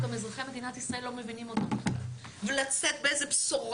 אזרחי מדינת ישראל לא מבינים אותן בכלל; ולצאת באיזו בשורה